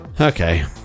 Okay